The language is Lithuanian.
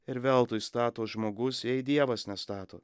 ir veltui stato žmogus jei dievas nestato